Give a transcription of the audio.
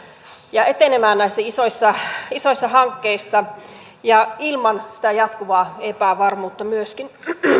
ja etenemään näissä isoissa isoissa hankkeissa ja ilman sitä jatkuvaa epävarmuutta myöskin